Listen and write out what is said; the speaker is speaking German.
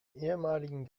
ehemaligen